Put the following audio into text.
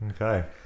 Okay